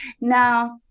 Now